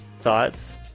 Thoughts